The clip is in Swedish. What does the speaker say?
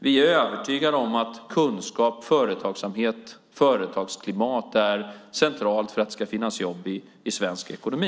Vi är övertygade om att kunskap, företagsamhet och företagsklimat är centralt för att det ska finnas jobb i svensk ekonomi.